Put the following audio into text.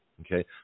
Okay